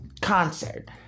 concert